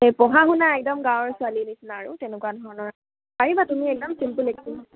এই পঢ়া শুনা একদম গাঁৱৰ ছোৱালী নিচিনা আৰু তেনেকুৱা ধৰণৰ পাৰিবা তুমি একদম চিম্পুল এক্টিং